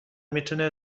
میتونه